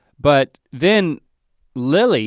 but then lily